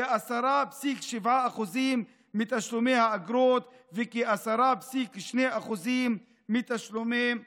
כ-10.7% מתשלומי האגרות וכ-10.2% מתשלומי הארנונה.